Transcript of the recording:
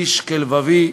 איש כלבבי,